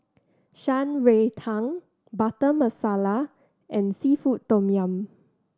Shan Rui Tang Butter Masala and seafood tom yum